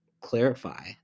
clarify